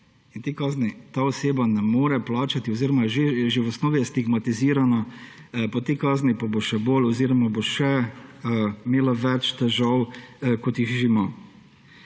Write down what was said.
in te kazni ta oseba ne more plačati oziroma že v osnovi je stigmatizirana, po tej kazni pa bo še bolj oziroma bo še imela več težav, kot jih že ima.